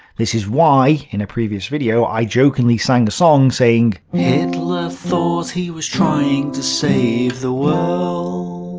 this is why, in a previous video, i jokingly sang a song saying hitler thought he was trying to save the world.